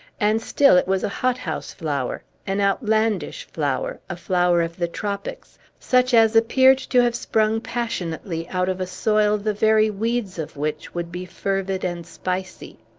and still it was a hot-house flower an outlandish flower a flower of the tropics, such as appeared to have sprung passionately out of a soil the very weeds of which would be fervid and spicy.